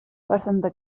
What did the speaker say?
santa